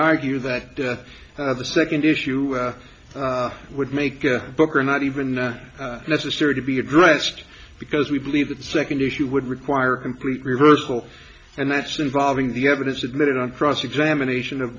argue that the second issue would make a book or not even necessary to be addressed because we believe that the second issue would require a complete reversal and that's involving the evidence admitted on cross examination of